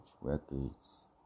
Records